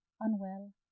unwell